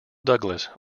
douglas